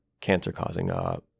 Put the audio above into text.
cancer-causing